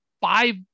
five